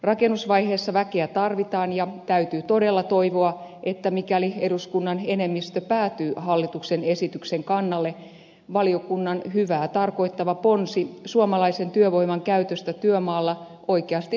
rakennusvaiheessa väkeä tarvitaan ja täytyy todella toivoa että mikäli eduskunnan enemmistö päätyy hallituksen esityksen kannalle valiokunnan hyvää tarkoittava ponsi suomalaisen työvoiman käytöstä työmaalla oikeasti toteutuu